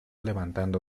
levantando